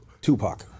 Tupac